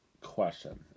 question